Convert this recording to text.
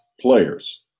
players